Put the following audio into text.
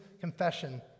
confession